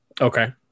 okay